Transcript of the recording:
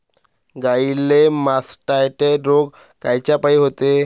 गाईले मासटायटय रोग कायच्यापाई होते?